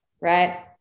right